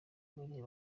bariya